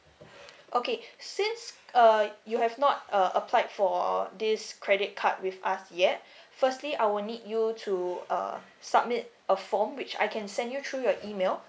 okay since uh you have not uh applied for this credit card with us yet firstly I will need you to uh submit a form which I can send you through your email